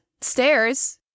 stairs